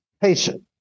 patient